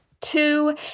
Two